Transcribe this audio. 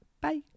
Bye